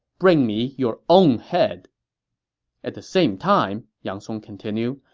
bring me your own head at the same time, yang song continued,